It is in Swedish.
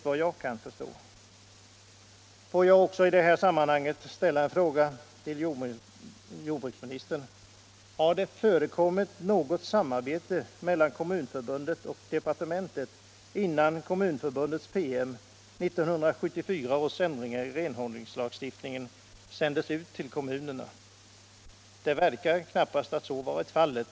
Får jag i detta sammanhang också ställa följande fråga till jordbruksministern: Har det förekommit något samarbete mellan Kommunförbundet och departementet innan Kommunförbundets PM om 1974 års ändringar i renhållningslagstiftningen sändes ut till kommunerna? Det verkar knappast som om så varit fallet.